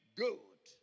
good